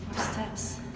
steps.